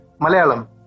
Malayalam